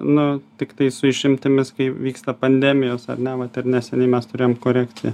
nu tiktai su išimtimis kai vyksta pandemijos ar ne vat ir neseniai mes turėjom korekciją